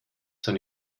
zwar